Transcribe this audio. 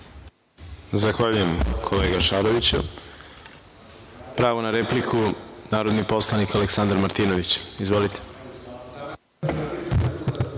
Zahvaljujem, kolega Šaroviću. Pravo na repliku, narodni poslanik Aleksandar Martinović. Izvolite.